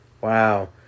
Wow